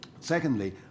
Secondly